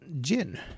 gin